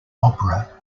opera